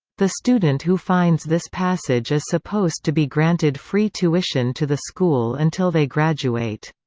the student who finds this passage is supposed to be granted free tuition to the school until they graduate.